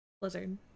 Blizzard